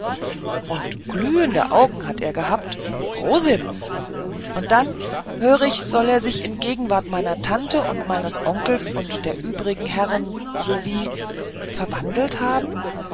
und glühende augen hat er gehabt prosim und dann höre ich soll er sich in gegenwart meiner tante und meines großonkels und der übrigen herren so wie verwandelt haben